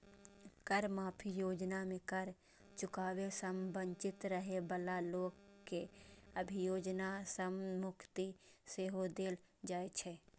कर माफी योजना मे कर चुकाबै सं वंचित रहै बला लोक कें अभियोजन सं मुक्ति सेहो देल जाइ छै